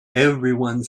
everyone